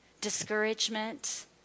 discouragement